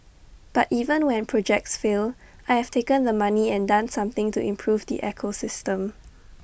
but even when projects fail I have taken the money and done something to improve the ecosystem